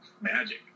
magic